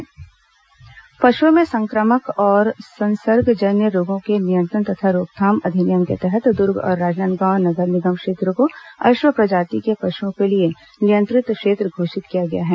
अश्व प्रजाति रोग पशुओं में संक्रमक और संसर्गजन्य रोगों के नियंत्रण तथा रोकथाम अधिनियम के तहत दुर्ग और राजनांदगांव नगर निगम क्षेत्र को अश्व प्रजाति के पशुओं के लिए नियंत्रित क्षेत्र घोषित किया गया है